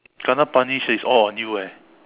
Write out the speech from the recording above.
kena punish is all on you eh